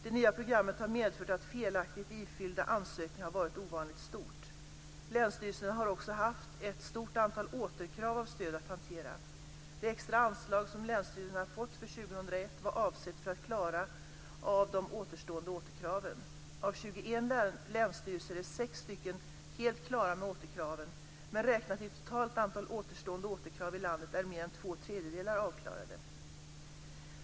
Det nya programmet har medfört att antalet felaktigt ifyllda ansökningar varit ovanligt stort. Länsstyrelserna har också haft ett stort antal återkrav av stöd att hantera. Det extra anslag som länsstyrelserna fått för 2001 var avsett för att klara av de återstående återkraven. Av 21 länsstyrelser är sex stycken helt klara med återkraven, men räknat i totalt antal återstående återkrav i landet är mer än två tredjedelar avklarade.